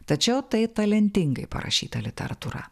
tačiau tai talentingai parašyta literatūra